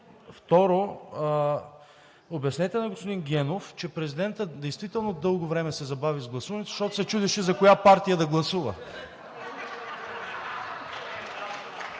Второ, обяснете на господин Генов, че президентът действително дълго време се забави с гласуването, защото се чудеше за коя партия да гласува.